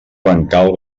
bancal